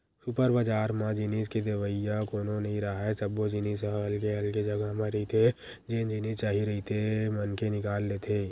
super बजार म जिनिस के देवइया कोनो नइ राहय, सब्बो जिनिस ह अलगे अलगे जघा म रहिथे जेन जिनिस चाही रहिथे मनखे निकाल लेथे